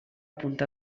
punta